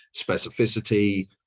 specificity